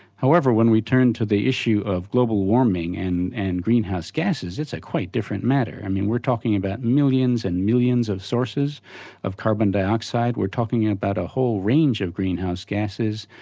however, when we turned to the issue of global warming and and greenhouse gases, that's a quite different matter, i mean we're talking about millions and millions of sources or carbon dioxide, we're talking about a whole range of greenhouse gases,